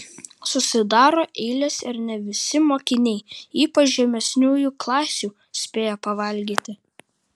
susidaro eilės ir ne visi mokiniai ypač žemesniųjų klasių spėja pavalgyti